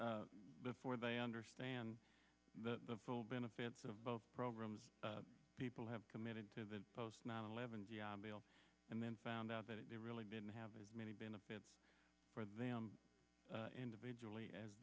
before they understand the full benefits of both programs people have committed to the post nine eleven g i bill and then found out that it really didn't have as many benefits for them individually as